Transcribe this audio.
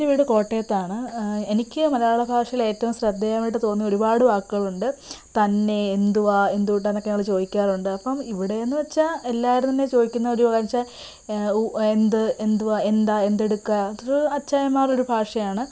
എൻ്റെ വീട് കോട്ടയത്താണ് എനിക്ക് മലയാള ഭാഷയിൽ ഏറ്റവും ശ്രദ്ധേയമായിട്ട് തോന്നിയ ഒരുപാട് വാക്കുകളുണ്ട് തന്നെ എന്തുവാ എന്തുട്ടാന്നൊക്കെ ഞങ്ങൾ ചോദിക്കാറുണ്ട് അപ്പം ഇവിടെയെന്ന് വച്ചാൽ എല്ലാവരും തന്നെ ചോദിക്കുന്നതെന്ന് വച്ചാൽ എന്ത് എന്തുവാ എന്താ എന്തെടുക്കാ അതൊരു അച്ചായന്മാരുടെ ഭാഷയാണ്